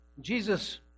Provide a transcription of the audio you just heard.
Jesus